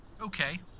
Okay